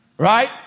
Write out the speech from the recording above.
Right